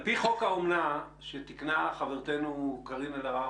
על פי חוק האומנה שתקנה חברתנו קרין אלהרר